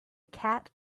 cat